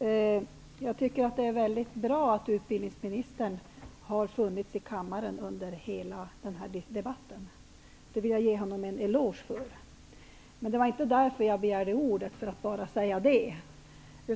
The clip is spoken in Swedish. Herr talman! Jag tycker att det är bra att utbildningsministern har funnits i kammaren under hela denna debatt. Det vill jag ge honom en eloge för. Men jag begärde inte ordet bara för att säga det.